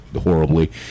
horribly